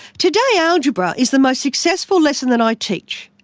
today, algebra is the most successful lesson that i teach.